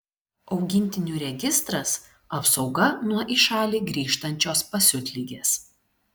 augintinių registras apsauga nuo į šalį grįžtančios pasiutligės